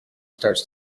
starts